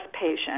patient